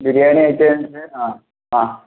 biryani item എന്ത് ആ ആ